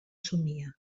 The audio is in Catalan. somia